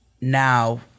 now